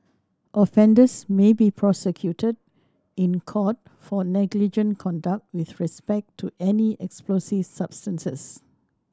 offenders may be prosecuted in court for negligent conduct with respect to any explosive substance